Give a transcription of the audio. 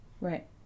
Right